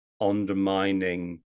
undermining